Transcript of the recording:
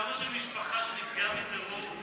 למה שמשפחה שנפגעה מטרור,